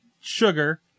sugar